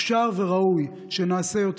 אפשר וראוי שנעשה יותר.